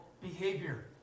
behavior